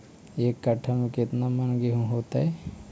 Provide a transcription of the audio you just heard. एक कट्ठा में केतना मन गेहूं होतै?